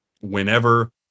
whenever